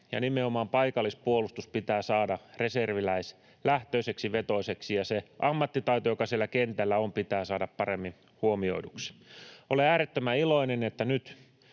ja nimenomaan paikallispuolustus pitää saada reserviläislähtöiseksi, ‑vetoiseksi. Se ammattitaito, joka siellä kentällä on, pitää saada paremmin huomioiduksi. Olen äärettömän iloinen, että nyt